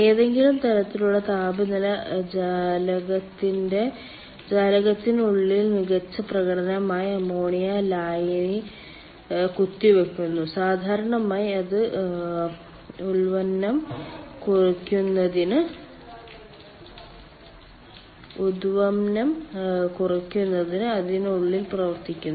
ഏതെങ്കിലും തരത്തിലുള്ള താപനില ജാലകത്തിനുള്ളിൽ മികച്ച പ്രകടനത്തിനായി അമോണിയ ലായനി കുത്തിവയ്ക്കുന്നു സാധാരണയായി അത് ഉദ്വമനം കുറയ്ക്കുന്നതിന് അതിനുള്ളിൽ പ്രവർത്തിക്കുന്നു